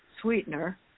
sweetener